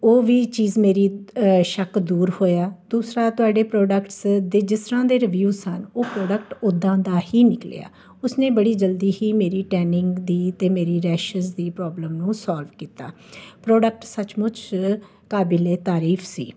ਉਹ ਵੀ ਚੀਜ਼ ਮੇਰੀ ਸ਼ੱਕ ਦੂਰ ਹੋਇਆ ਦੂਸਰਾ ਤੁਹਾਡੇ ਪ੍ਰੋਡਕਟਸ ਦੇ ਜਿਸ ਤਰ੍ਹਾਂ ਦੇ ਰੀਵਿਊ ਸਨ ਉਹ ਪ੍ਰੋਡਕਟ ਉੱਦਾਂ ਦਾ ਹੀ ਨਿਕਲਿਆ ਉਸਨੇ ਬੜੀ ਜਲਦੀ ਹੀ ਮੇਰੀ ਟੈਨਿੰਗ ਦੀ ਅਤੇ ਮੇਰੀ ਰੈਸ਼ਸ ਦੀ ਪ੍ਰੋਬਲਮ ਨੂੰ ਸੋਲਵ ਕੀਤਾ ਪ੍ਰੋਡਕਟ ਸੱਚਮੁੱਚ ਕਾਬਿਲ ਏ ਤਾਰੀਫ਼ ਸੀ